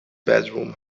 bedroom